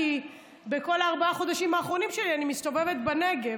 כי בכל ארבעת החודשים האחרונים אני מסתובבת בנגב.